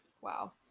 Wow